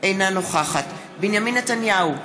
אינה נוכחת בנימין נתניהו,